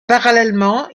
parallèlement